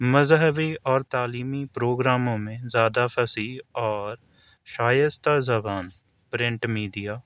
مذہبی اور تعلیمی پروگراموں میں زیادہ فصیح اور شائستہ زبان پرنٹ میڈیا